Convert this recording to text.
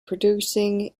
producing